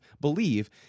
believe